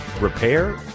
repair